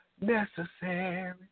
necessary